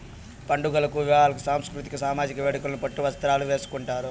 పండుగలకు వివాహాలకు సాంస్కృతిక సామజిక వేడుకలకు పట్టు వస్త్రాలు వేసుకుంటారు